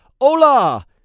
Hola